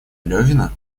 левина